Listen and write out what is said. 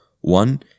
one